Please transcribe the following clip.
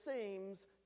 seems